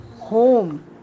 home